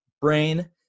brain